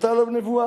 ושרתה עליו הנבואה.